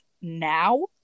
now